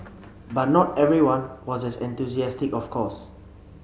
but not everyone was as enthusiastic of course